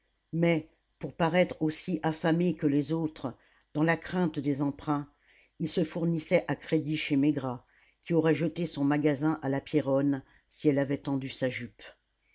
mais pour paraître aussi affamés que les autres dans la crainte des emprunts ils se fournissaient à crédit chez maigrat qui aurait jeté son magasin à la pierronne si elle avait tendu sa jupe